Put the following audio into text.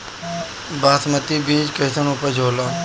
बासमती बीज कईसन उपज होला?